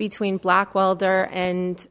between blackwelder and